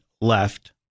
left